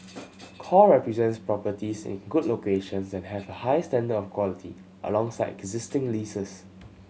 core represents properties in good locations and have a high standard of quality alongside existing leases